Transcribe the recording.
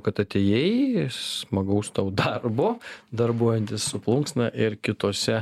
kad atėjai smagaus tau darbo darbuojantis su plunksna ir kitose